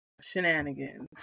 shenanigans